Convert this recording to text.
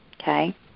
Okay